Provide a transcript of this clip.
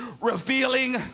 revealing